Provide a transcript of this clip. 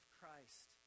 Christ